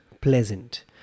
pleasant